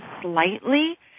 slightly